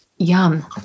Yum